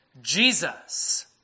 Jesus